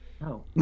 No